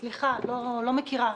סליחה, לא מכירה.